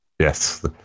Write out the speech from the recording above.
Yes